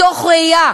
מתוך ראייה